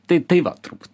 tai tai va turbūt